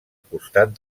costat